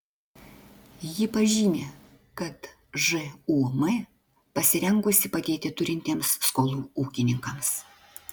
ji pažymi kad žūm pasirengusi padėti turintiems skolų ūkininkams